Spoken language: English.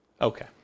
Okay